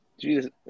jesus